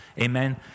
Amen